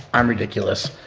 i'm ridiculous.